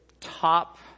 top